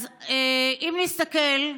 אז אם נסתכל,